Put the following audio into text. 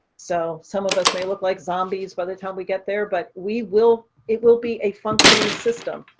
so some of us may look like zombies by the time we get there, but we will. it will be a functioning system.